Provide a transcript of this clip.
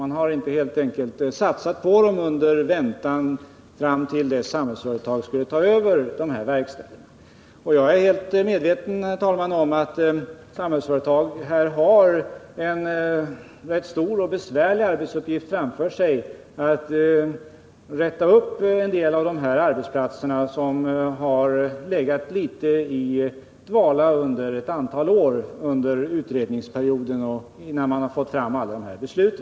Man har helt enkelt inte satsat på dem i väntan på att Samhällsföretag skulle ta över verksamheten. Jag är helt medveten om att Samhällsföretag här har en rätt stor och besvärlig arbetsuppgift framför sig att rusta upp en del arbetsplatser som har legat litet i dvala ett antal år under utredningsperioden och innan man har fått fram alla beslut.